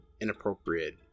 inappropriate